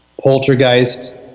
poltergeist